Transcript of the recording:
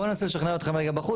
בואו ננסה לשכנע אתכם בחוץ.